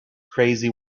crazy